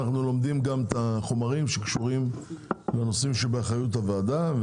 אנחנו לומדים גם את החומרים שקשורים לנושאים שבאחריות הוועדה.